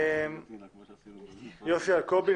יוסי אלקובי,